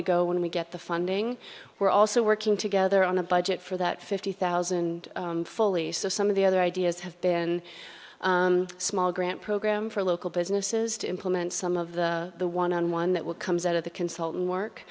to go when we get the funding we're also working together on a budget for that fifty thousand fully so some of the other ideas have been small grant program for local businesses to implement some of the one on one that will comes out of the consultant work